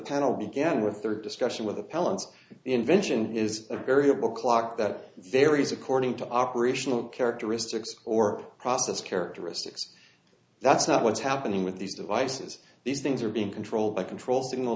panel began with third discussion with appellants invention is a variable clock that varies according to operational characteristics or process characteristics that's not what's happening with these devices these things are being controlled by control signal